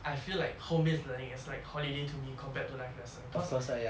I feel like home based learning is like holiday to me compared to live lesson